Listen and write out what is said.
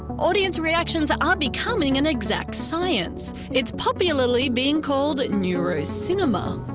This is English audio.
audience reactions are becoming an exact science. it's popularly being called neurocinema.